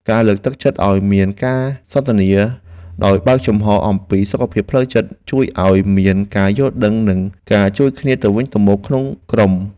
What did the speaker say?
ការលើកទឹកចិត្តឱ្យមានការសន្ទនាដោយបើកចំហរអំពីសុខភាពផ្លូវចិត្ត ជួយឱ្យមានការយល់ដឹងនិងការជួយគ្នាទៅវិញទៅមកក្នុងក្រុម។